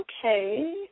okay